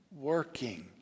working